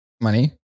money